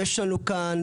יש לנו כאן,